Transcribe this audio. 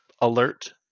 alert